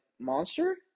Monster